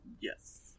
Yes